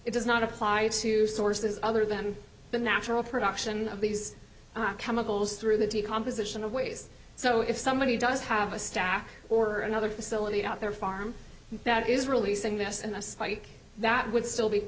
it does not apply to sources other than the natural production of these chemicals through the composition of ways so if somebody does have a staff or another facility out there farm that is releasing this and that would still be